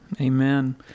Amen